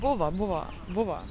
buvo buvo buvo